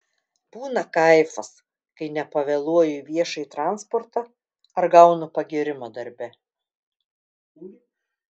būna kaifas kai nepavėluoju į viešąjį transportą ar gaunu pagyrimą darbe